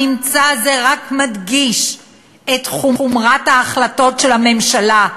הממצא הזה רק מדגיש את חומרת ההחלטות של הממשלה,